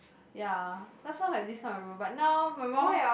ya last time I had this kind of rule but now my mum